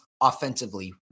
offensively